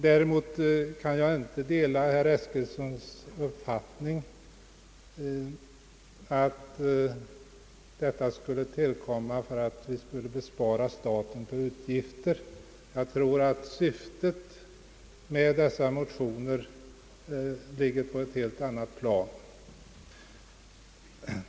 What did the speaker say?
Däremot kan jag inte dela herr Eskilssons uppfattning att syftet med motionerna skulle vara att bespara staten utgifter. Jag tror att syftet med dessa motioner ligger på ett helt annat plan.